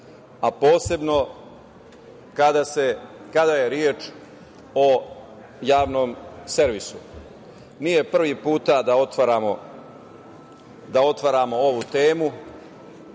a posebno kada je reč o javnom servisu. Nije prvi put da otvaramo ovu temu,